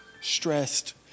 stressed